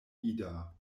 ida